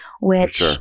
which-